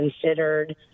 considered